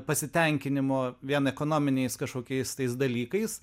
pasitenkinimo vien ekonominiais kažkokiais tais dalykais